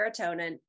serotonin